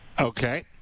Okay